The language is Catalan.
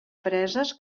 preses